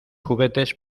juguetes